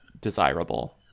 desirable